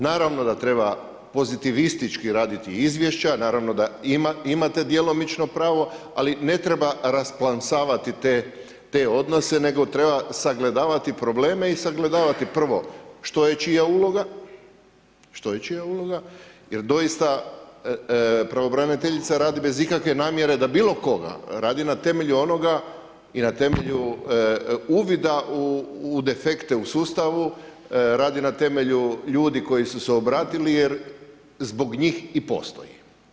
Naravno da treba pozitivistički raditi izvješća, naravno da imate djelomično pravo ali ne treba rasplamsavati te odnose nego treba sagledavati probleme i sagledavati prvo, što je čija uloga, jer doista pravobraniteljica radi bez ikakve namjere da bilokoga, radi na temelju onoga i na temelju uvida u defekte u sustavu, radi na temelju ljudi koji su se obratili jer zbog njih i postoji.